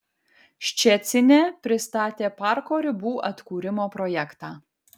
ščecine pristatė parko ribų atkūrimo projektą